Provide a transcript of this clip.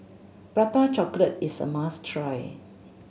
Prata Chocolate is a must try